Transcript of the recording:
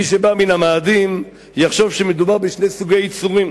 מי שבא מן המאדים יחשוב שמדובר בשני סוגי יצורים: